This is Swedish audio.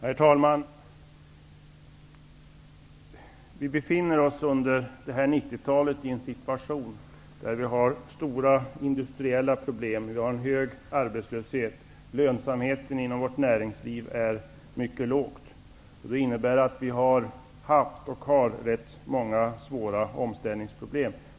Herr talman! Vi befinner oss under 90-talet i en situation där vi har stora industriella problem och en hög arbetslöshet. Lönsamheten inom vårt näringsliv är mycket låg. Vi har haft och har rätt många svåra omställningsproblem.